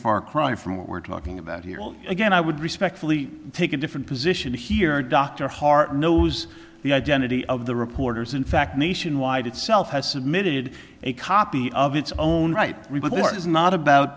far cry from what we're talking about here well again i would respectfully take a different position here dr heart knows the identity of the reporters in fact nationwide itself has submitted a copy of its own right report is not about